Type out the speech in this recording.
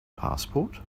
passport